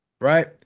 right